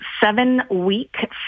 seven-week